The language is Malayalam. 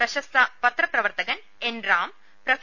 പ്രശസ്ത പത്രപ്രവർത്ത് കൻ എൻ റാം പ്രൊഫ